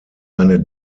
eine